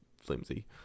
flimsy